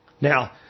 Now